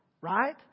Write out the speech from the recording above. right